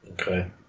Okay